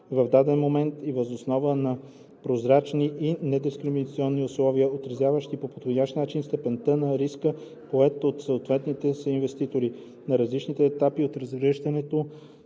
в даден момент и въз основа на прозрачни и недискриминационни условия, отразяващи по подходящ начин степента на риска, поет от съответните съинвеститори на различните етапи от разгръщането,